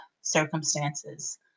circumstances